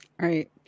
right